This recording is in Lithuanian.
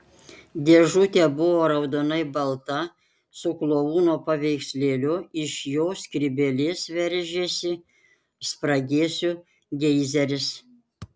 dėžutė buvo raudonai balta su klouno paveikslėliu iš jo skrybėlės veržėsi spragėsių geizeris